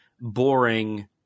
boring